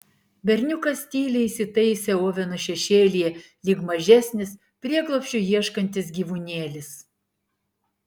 berniukas tyliai įsitaisė oveno šešėlyje lyg mažesnis prieglobsčio ieškantis gyvūnėlis